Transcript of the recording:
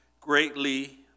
greatly